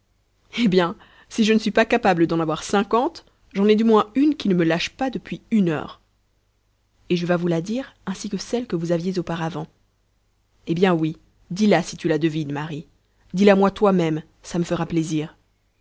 eh bien si je ne suis pas capable d'en avoir cinquante j'en ai du moins une qui ne me lâche pas depuis une heure et je vas vous la dire ainsi que celles que vous aviez auparavant eh bien oui dis la si tu la devines marie dis-la-moi toi-même ça me fera plaisir